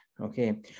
okay